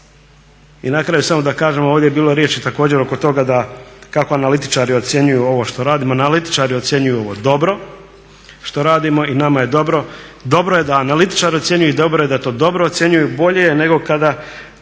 I na kraju samo da kažem, ovdje je bilo riječi također oko toga kako analitičari ocjenjuju ovo što radimo. Analitičari ocjenjuju ovo dobro što radimo i nama je dobro, dobroj je da analitičari ocjenjuju i dobro je da to dobro ocjenjuju. Bolje je nego kada